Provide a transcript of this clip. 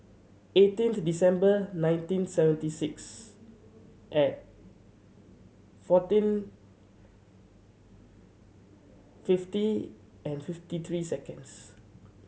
eighteenth December nineteen seventy six and fourteen fifty and fifty three seconds